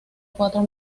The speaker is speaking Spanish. cuatro